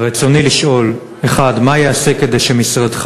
רצוני לשאול: 1. מה ייעשה כדי שמשרדך